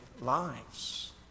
lives